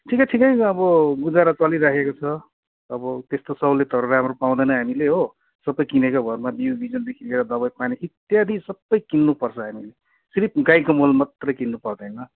ठिकै ठुकै अब गुजारा चलिरहेको छ अब त्यस्तो सहुलियतहरू राम्रो पाउँदैन हामीले हो सबै किनेको भरमा दियो बिउ बिजनदेखि लिएर दबाइपानी इत्यादि सबै किन्नुपर्छ हामीले सिर्फ गाईको मल मात्रै किन्नु पर्दैन